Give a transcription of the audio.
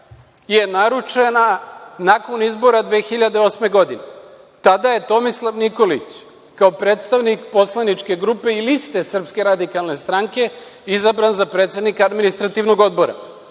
je naručena nakon izbora 2008. godine, tada je Tomislav Nikolić, kao predstavnik poslaničke grupe i liste SRS, izabran za predsednika Administrativnog odbora